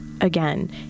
again